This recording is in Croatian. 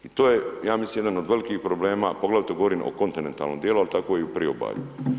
I to je ja mislim jedan od velikih problema, poglavito govorim o kontinentalnom dijelu ali tako i u Priobalju.